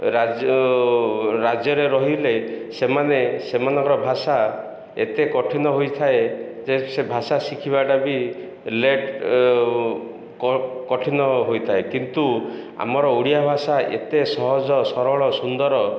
ରାଜ୍ୟ ରାଜ୍ୟରେ ରହିଲେ ସେମାନେ ସେମାନଙ୍କର ଭାଷା ଏତେ କଠିନ ହୋଇଥାଏ ଯେ ସେ ଭାଷା ଶିଖିବାଟା ବି ଲେଟ୍ କଠିନ ହୋଇଥାଏ କିନ୍ତୁ ଆମର ଓଡ଼ିଆ ଭାଷା ଏତେ ସହଜ ସରଳ ସୁନ୍ଦର